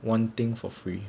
one thing for free